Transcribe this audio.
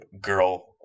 girl